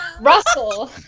Russell